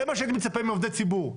זה מה שאני מצפה מעובדי ציבור.